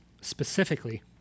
specifically